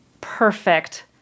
perfect